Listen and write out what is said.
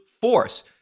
force